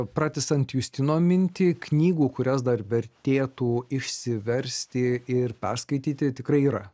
pratęsiant justino mintį knygų kurias dar vertėtų išsiversti ir perskaityti tikrai yra